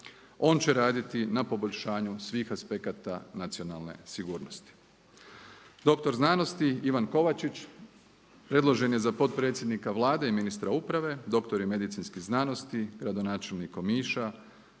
On će raditi na poboljšanju svih aspekata nacionalne sigurnosti. Doktor znanosti Ivan Kovačić, predložen je za potpredsjednika Vlade i ministra uprave, doktor je medicinske znanosti, gradonačelnik Omiša,